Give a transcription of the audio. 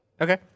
Okay